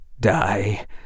die